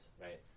right